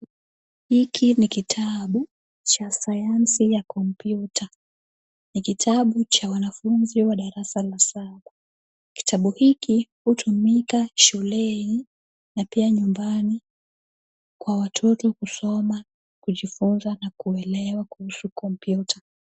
Hiki ni kitabu cha sayansi ya kompyuta. Ni kitabu cha wanafunzi wa darasa la saba. Kitabu hiki hutumika shuleni na pia nyumbani kwa watoto kusoma, kujifunza na kuelewa kuhusu kompyuta.